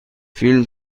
فیلم